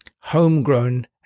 homegrown